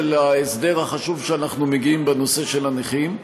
של ההסדר החשוב שאנחנו מגיעים אליו בנושא של הנכים,